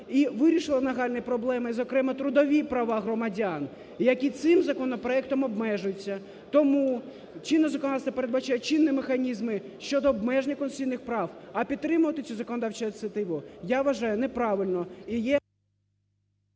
і вирішила нагальні проблеми, зокрема, трудові права громадян, які цим законопроектом обмежуються. Тому чинне законодавство передбачає чинні механізми щодо обмеження конституційних прав. А підтримувати цю законодавчу ініціативу, я вважаю, неправильно.